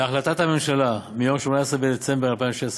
בהחלטת הממשלה מיום 18 בדצמבר 2016,